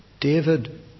David